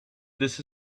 this